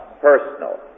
personal